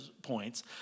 points